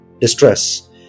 distress